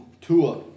Tua